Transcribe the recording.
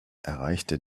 erreichte